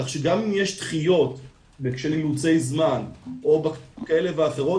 כך שגם אם יש דחיות בשל אילוצי זמן כאלה ואחרות,